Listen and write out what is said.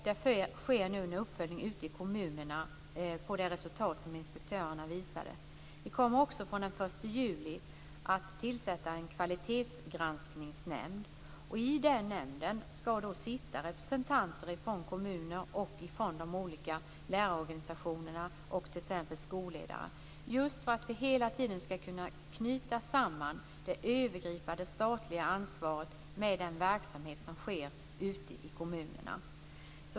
Det sker nu en uppföljning i kommunerna av det resultat inspektörerna visade. Vi kommer också från den 1 juli att tillsätta en kvalitetsgranskningsnämnd. I den nämnden skall det sitta representanter från kommunerna och de olika lärarorganisationerna och t.ex. skolledare för att vi hela tiden skall kunna knyta samman det övergripande statliga ansvaret med den verksamhet som sker i kommunerna.